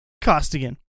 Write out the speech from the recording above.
Costigan